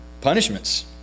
punishments